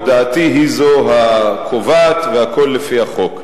הודעתי זו היא הקובעת והכול לפי החוק.